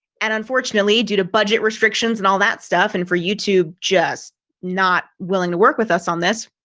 and unfortunately, due to budget restrictions and all that stuff, and for you to just not willing to work with us on this.